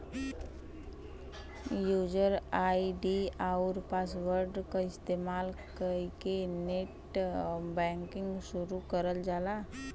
user ID आउर password क इस्तेमाल कइके नेटबैंकिंग शुरू करल जाला